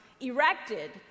erected